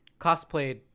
cosplayed